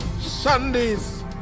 Sunday's